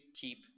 keep